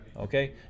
okay